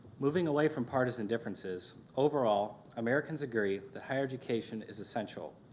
moving away from partisan differences, overall americans agree the higher education is essential.